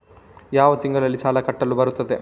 ಯಾವ ತಿಂಗಳಿಗೆ ಸಾಲ ಕಟ್ಟಲು ಬರುತ್ತದೆ?